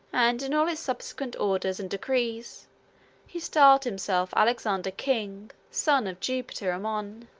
and in all his subsequent orders and decrees he styled himself alexander king, son of jupiter ammon.